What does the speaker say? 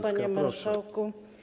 Panie Marszałku!